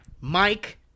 Mike